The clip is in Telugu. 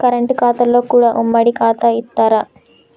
కరెంట్ ఖాతాలో కూడా ఉమ్మడి ఖాతా ఇత్తరా?